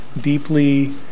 deeply